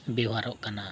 ᱵᱮᱣᱦᱟᱨᱚᱜ ᱠᱟᱱᱟ